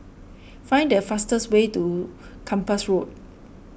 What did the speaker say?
find the fastest way to Kempas Road